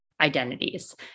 Identities